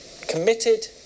committed